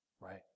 right